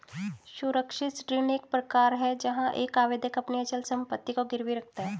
सुरक्षित ऋण एक प्रकार है जहां एक आवेदक अपनी अचल संपत्ति को गिरवी रखता है